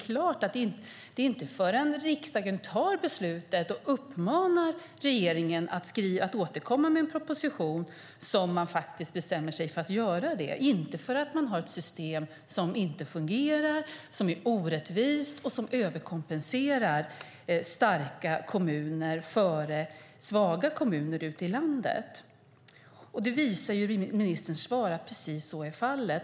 Det är inte förrän riksdagen fattar beslutet och uppmanar regeringen att återkomma med en proposition som man bestämmer sig för att göra det, inte för att man har ett system som inte fungerar, som är orättvist och som överkompenserar starka kommuner före svaga kommuner ute i landet. Ministerns svar visar att precis så är fallet.